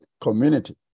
Community